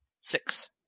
Six